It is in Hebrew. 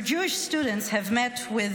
Your Jewish students are met with